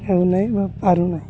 ହେଉନାଇ ବା ପାରୁନାଇ